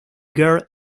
girl